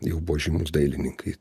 jau buvo žymūs dailininkai